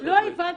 לא הבנתי,